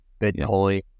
bitcoin